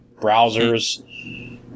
browsers